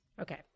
Okay